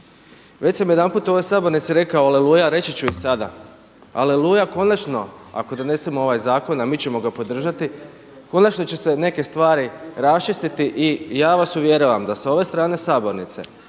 Već sam jedanput u ovoj sabornici rekao aleluja, reći ću i sada, aleluja konačno ako donesemo ovaj zakon a mi ćemo ga podržati. Konačno će se neke stvari raščistiti. I ja vas uvjeravam da s ove strane sabornice